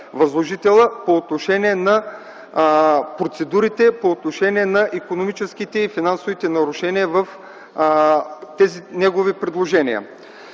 възложителя по отношение на процедурите, по отношение на икономическите и финансови нарушения, в тези негови предложения.